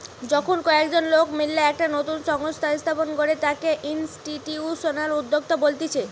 যখন কয়েকজন লোক মিললা একটা নতুন সংস্থা স্থাপন করে তাকে ইনস্টিটিউশনাল উদ্যোক্তা বলতিছে